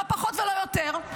לא פחות ולא יותר,